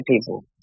people